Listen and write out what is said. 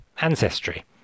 ancestry